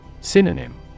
Synonym